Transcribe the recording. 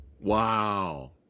Wow